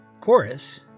chorus